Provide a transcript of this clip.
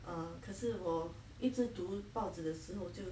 err 可是 err 一直读报纸的新闻就